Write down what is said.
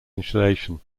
insulation